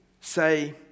say